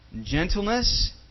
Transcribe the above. gentleness